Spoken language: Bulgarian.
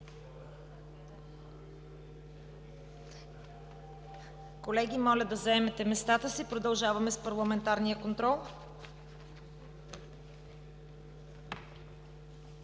Колеги, моля да заемете местата си – продължаваме с парламентарния контрол.